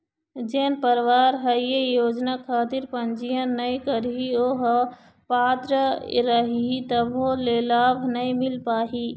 जेन परवार ह ये योजना खातिर पंजीयन नइ करही ओ ह पात्र रइही तभो ले लाभ नइ मिल पाही